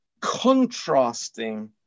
contrasting